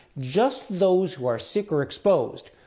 just those who are sick or exposed.